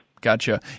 Gotcha